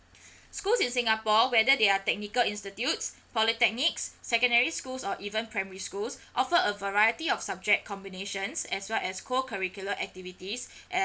schools in singapore whether they are technical institutes polytechnics secondary schools or even primary schools offer a variety of subject combinations as well as co curricular activities